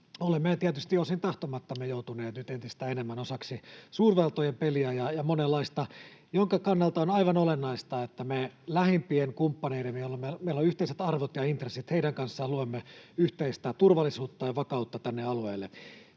Olemme jo tietysti osin tahtomattamme joutuneet nyt entistä enemmän osaksi suurvaltojen peliä ja monenlaista, jonka kannalta on aivan olennaista, että me lähimpien kumppaneidemme kanssa — meillä on yhteiset arvot ja intressit — luomme yhteistä turvallisuutta ja vakautta tänne alueelle.